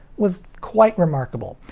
was quite remarkable.